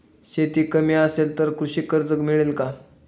शेती कमी असेल तर कृषी कर्ज मिळेल का?